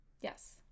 yes